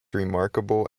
remarkable